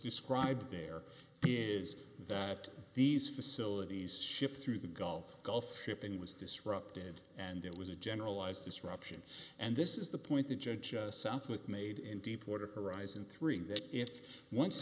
described there is that these facilities shipped through the gulf gulf shipping was disrupted and there was a generalized disruption and this is the point that judge southwick made in deepwater horizon three that if once